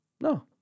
No